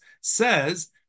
says